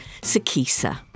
Sakisa